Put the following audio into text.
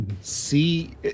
see